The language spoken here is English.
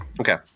Okay